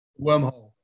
Wormhole